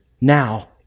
now